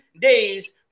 days